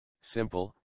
simple